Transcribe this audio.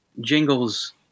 jingles